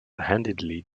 handedly